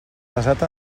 basat